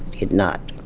did not.